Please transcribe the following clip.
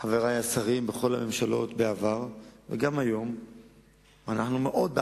חברי השרים בכל הממשלות בעבר וגם היום מאוד מאוד